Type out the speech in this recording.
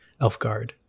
Elfgard